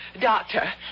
Doctor